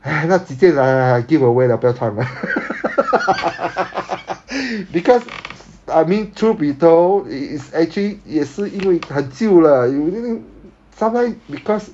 那几件拿拿 give away lah 不要烫 lah because I mean truth be told it is actually 也是因为很旧了 sometimes because